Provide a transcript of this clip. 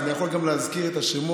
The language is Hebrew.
אני יכול גם להזכיר את השמות: